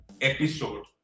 episode